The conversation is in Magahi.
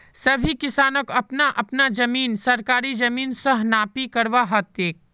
सभी किसानक अपना अपना जमीन सरकारी अमीन स नापी करवा ह तेक